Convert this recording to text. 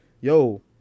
yo